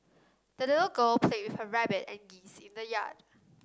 the little girl played with her rabbit and geese in the yard